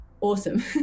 awesome